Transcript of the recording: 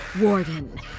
Warden